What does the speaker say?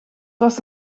was